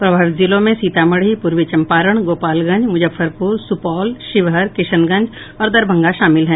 प्रभावित जिलों में सीतामढ़ी पूर्वी चंपारण गोपालगंज मुजफ्फरपुर सुपौल शिवहर किशनगंज और दरभंगा शामिल हैं